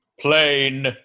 plain